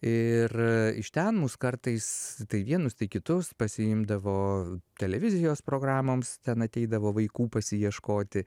ir iš ten mus kartais tai vienus tai kitus pasiimdavo televizijos programoms ten ateidavo vaikų pasiieškoti